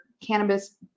cannabis